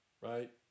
Right